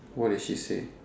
what did she say